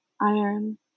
iron